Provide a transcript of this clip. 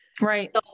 right